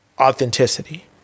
Authenticity